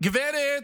גברת,